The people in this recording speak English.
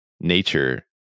Nature